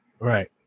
Right